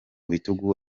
bitugu